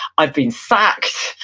i've been sacked,